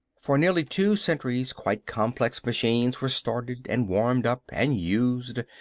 for nearly two centuries quite complex machines were started, and warmed up, and used,